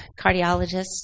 cardiologists